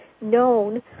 known